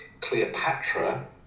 Cleopatra